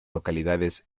localidades